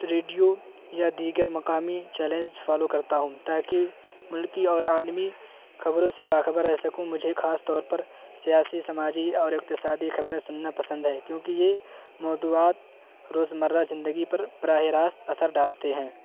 radio یا دیگر مقامی چیلینز فالو کرتا ہوں تاکہ ملکی اور عالمی خبروں سے باخبر رہ سکوں مجھے خاص طور پر سیاسی سماجی اور اقتصادی خبریں سننا پسند ہے کیونکہ یہ موضوعات روزمرہ زندگی پر براہ راست اثر ڈالتے ہیں